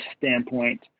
standpoint